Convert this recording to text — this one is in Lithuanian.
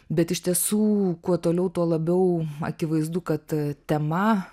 bet iš tiesų kuo toliau tuo labiau akivaizdu kad tema